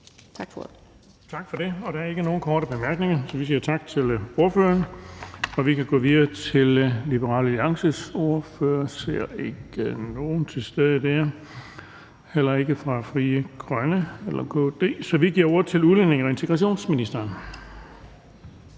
Tak for det. Der er ikke nogen korte bemærkninger, så vi siger tak til ordføreren. Vi kan gå videre til Liberal Alliances ordfører, men da der ikke er nogen til stede der, og det er der heller ikke fra Frie Grønnes side, giver vi ordet til udlændinge- og integrationsministeren.